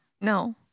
No